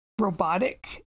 robotic